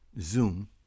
Zoom